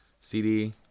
CD